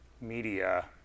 media